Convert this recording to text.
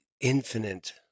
infinite